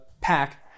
pack